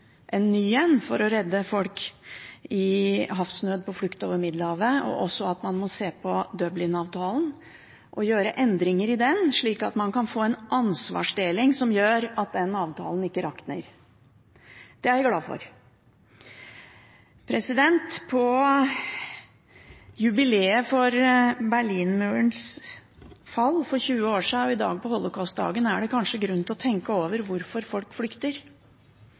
for å redde folk i havsnød, på flukt over Middelhavet, og også at man må se på Dublin-avtalen og gjøre endringer i den, slik at man kan få en ansvarsdeling som gjør at den avtalen ikke rakner. Det er jeg glad for. På jubileet for Berlinmurens fall for 20 år siden og i dag på Holocaustdagen er det kanskje grunn til å tenke over hvorfor folk flykter.